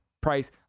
price